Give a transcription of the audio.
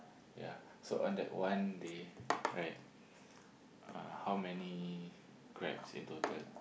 yeah so on that one day right uh how many Grabs in total